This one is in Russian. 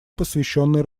посвященной